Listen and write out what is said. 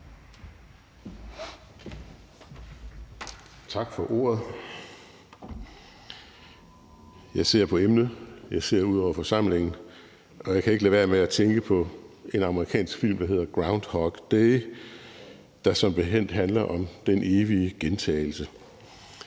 Dahl (LA): Jeg ser på emnet, jeg ser ud over forsamlingen, og jeg kan ikke lade værre med at tænke på en amerikansk film, der hedder »Groundhog Day«, der som bekendt handler om den evige gentagelse.